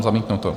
Zamítnuto.